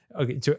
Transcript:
Okay